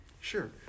Sure